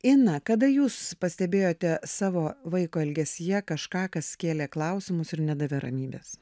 ina kada jūs pastebėjote savo vaiko elgesyje kažką kas kėlė klausimus ir nedavė ramybės